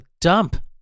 dump